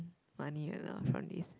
money or not from this